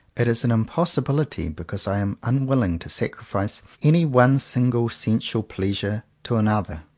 it is an impossibility because i am unwilling to sacrifice any one single sensual pleasure to another.